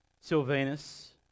Silvanus